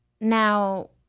now